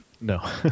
No